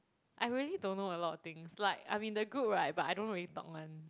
I really don't know a lot of things like I'm in the group right but I don't really talk [one]